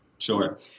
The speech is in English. Sure